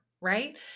right